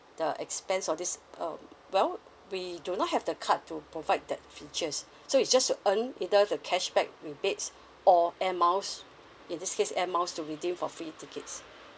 the expense of this um well we do not have the card to provide that features so it's just to earn either the cashback rebates or air miles in this case air miles to redeem for free tickets